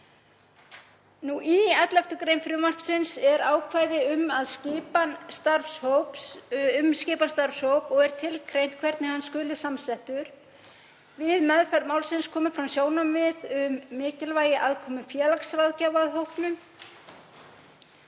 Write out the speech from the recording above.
má. Í 11. gr. frumvarpsins er ákvæði um skipan starfshóps og er tilgreint hvernig hann skuli samsettur. Við meðferð málsins komu fram sjónarmið um mikilvægi aðkomu félagsráðgjafa að hópnum.